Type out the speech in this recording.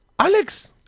Alex